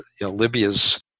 Libya's